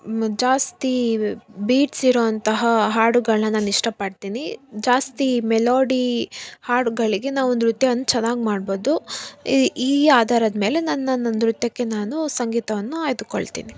ಜಾಸ್ತಿ ಬೀಟ್ಸ್ ಇರೋ ಅಂತಹ ಹಾಡುಗಳನ್ನ ನಾನು ಇಷ್ಟ ಪಡ್ತೀನಿ ಜಾಸ್ತಿ ಮೆಲೋಡಿ ಹಾಡುಗಳಿಗೆ ನಾವು ನೃತ್ಯವನ್ನ ಚೆನ್ನಾಗಿ ಮಾಡ್ಬೌದು ಈ ಈ ಆಧಾರದ ಮೇಲೆ ನಾನು ನನ್ನ ನೃತ್ಯಕ್ಕೆ ನಾನು ಸಂಗೀತವನ್ನು ಆಯ್ದುಕೊಳ್ತೀನಿ